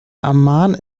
amman